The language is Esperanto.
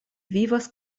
vivas